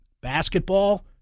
basketball